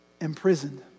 imprisoned